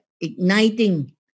igniting